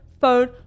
phone